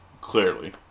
Clearly